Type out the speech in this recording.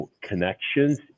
connections